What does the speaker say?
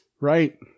Right